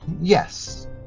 Yes